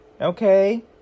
Okay